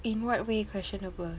in what way questionable